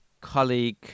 colleague